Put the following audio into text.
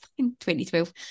2012